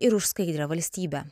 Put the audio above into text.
ir už skaidrią valstybę